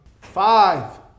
Five